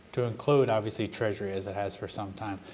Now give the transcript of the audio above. to include, obviously, treasury as it has for some time,